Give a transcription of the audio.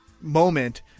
moment